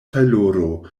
tajloro